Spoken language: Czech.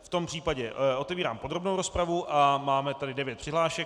V tom případě otevírám podrobnou rozpravu a máme tady devět přihlášek.